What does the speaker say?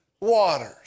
waters